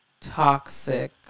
toxic